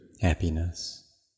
happiness